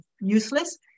useless